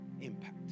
impact